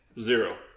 zero